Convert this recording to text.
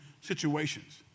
situations